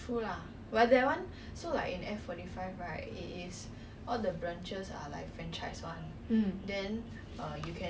mm